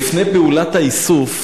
לפני פעולת האיסוף,